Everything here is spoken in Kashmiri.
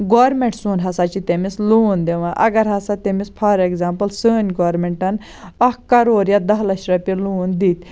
گورمنٹ سون ہَسا چھِ تٔمِس لون دِوان اگر ہَسا تٔمِس فار ایٚگزامپٕل سٲنٛۍ گورمنٹَن اکھ کَرور یا دہ لَچھ رۄپیہِ لون دِتۍ